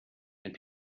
and